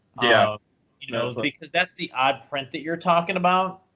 yeah you know but because that's the odd print that you're talking about.